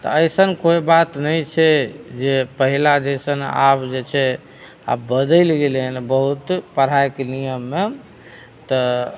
तऽ अइसन कोइ बात नहि छै जे पहिला जैसन आब जे छै आब बदलि गेलै हन बहुत पढ़ाइके नियममे तऽ